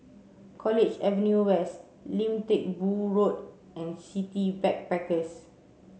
College Avenue West Lim Teck Boo Road and City Backpackers